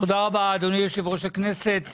תודה רבה, אדוני יושב-ראש הכנסת.